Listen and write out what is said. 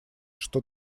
что